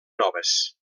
noves